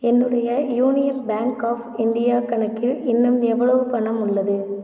என்னுடைய Union Bank of India கணக்கில் இன்னும் எவ்வளவு பணம் உள்ளது